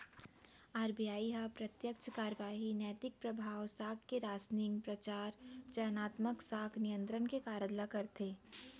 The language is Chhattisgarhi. आर.बी.आई ह प्रत्यक्छ कारवाही, नैतिक परभाव, साख के रासनिंग, परचार, चयनात्मक साख नियंत्रन के कारज ल करथे